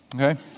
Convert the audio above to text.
okay